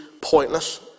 pointless